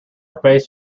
face